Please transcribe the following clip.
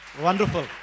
Wonderful